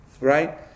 Right